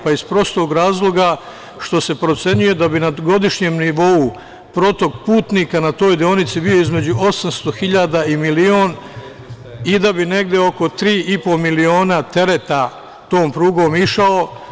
Pa iz prostog razloga što se procenjuje da bi na godišnjem nivou protok putnika na toj deonici bio između 800.000 i milion i da bi negde oko tri i po miliona tereta tom prugom išao.